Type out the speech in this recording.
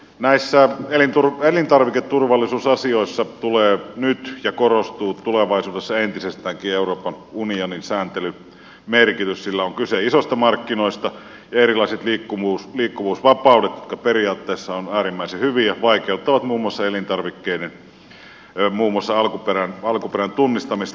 näissä elintarviketurvallisuusasioissa tulee nyt ja korostuu tulevaisuudessa entisestäänkin euroopan unionin sääntelyn merkitys sillä on kyse isoista markkinoista ja erilaiset liikkuvuusvapaudet jotka periaatteessa ovat äärimmäisen hyviä vaikeuttavat muun muassa elintarvikkeiden alkuperän tunnistamista